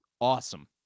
awesome